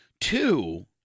Two